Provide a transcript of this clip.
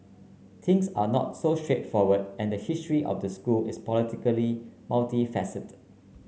things are not so straightforward and the history of the school is politically multifaceted